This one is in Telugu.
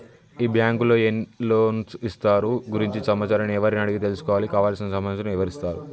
ఈ బ్యాంకులో ఏ లోన్స్ ఇస్తారు దాని గురించి సమాచారాన్ని ఎవరిని అడిగి తెలుసుకోవాలి? కావలసిన సమాచారాన్ని ఎవరిస్తారు?